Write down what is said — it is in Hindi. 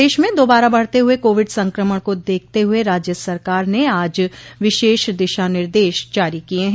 प्रदेश में दोबारा बढ़ते हुए कोविड संक्रमण को देखते हुए राज्य सरकार ने आज विशेष दिशा निर्देश जारी किये हैं